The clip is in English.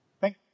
Thank